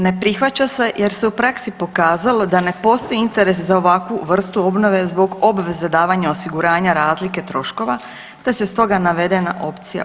Ne prihvaća se jer se u praksi pokazalo da ne postoji interes za ovakvu vrstu obnove zbog obveze davanja osiguranja razlike troškova te se stoga navedena opcija uklanja.